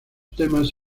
temas